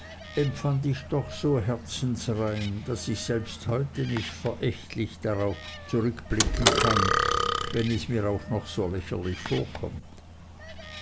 empfand ich doch so herzensrein daß ich selbst heute nicht verächtlich darauf zurückblicken kann wenn es mir auch noch so lächerlich vorkommt